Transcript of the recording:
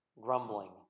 grumbling